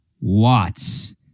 Watts